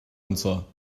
anseo